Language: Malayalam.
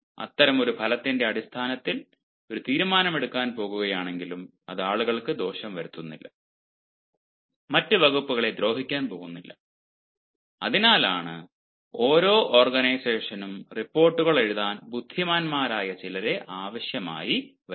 അത്തരമൊരു ഫലത്തിന്റെ അടിസ്ഥാനത്തിൽ ഒരു തീരുമാനം എടുക്കാൻ പോകുകയാണെങ്കിലും അത് ആളുകൾക്ക് ദോഷം വരുത്തുന്നില്ല മറ്റ് വകുപ്പുകളെ ദ്രോഹിക്കാൻ പോകുന്നില്ല അതിനാലാണ് ഓരോ ഓർഗനൈസേഷനും റിപ്പോർട്ടുകൾ എഴുതാൻ ബുദ്ധിമാന്മാരായ ചിലരെ ആവശ്യമായി വരുന്നത്